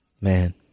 Man